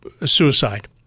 suicide